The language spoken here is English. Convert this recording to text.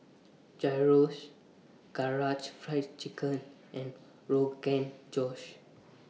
Gyros Karaage Fried Chicken and Rogan Josh